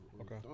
Okay